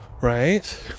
right